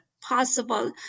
possible